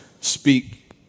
speak